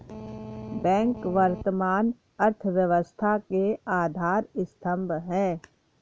bank वर्तमान अर्थव्यवस्था के आधार स्तंभ है